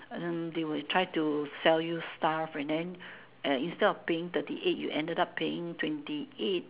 and they will try to sell you stuff and then uh instead of paying thirty eight you ended up paying twenty eight